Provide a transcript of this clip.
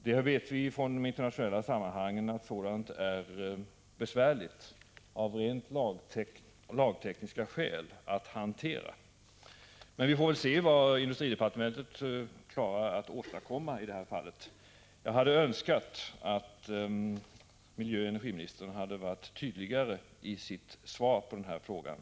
Vi vet också från internationella sammanhang att sådant är besvärligt att hantera rent lagtekniskt. Men vi får väl se vad industridepartementet kan åstadkomma i det här avseendet. Jag hade önskat att miljöoch energiministern varit tydligare i sitt svar på min interpellation.